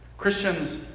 Christians